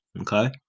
okay